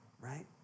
Right